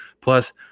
Plus